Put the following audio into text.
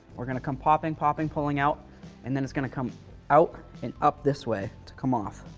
we're going to come popping, popping, pulling out and then it's going to come out and up this way to come off,